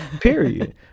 Period